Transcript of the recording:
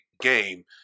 game